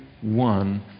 one